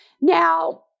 Now